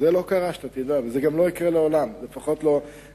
זה לא קרה וזה גם לא יקרה לעולם, לפחות לא אצלי.